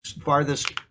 farthest